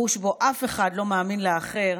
גוש שבו אף אחד לא מאמין לאחר,